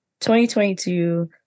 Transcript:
2022